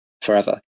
forever